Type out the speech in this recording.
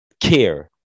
care